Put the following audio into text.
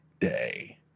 day